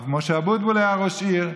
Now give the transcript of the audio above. רב משה אבוטבול היה ראש עיר.